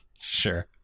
Sure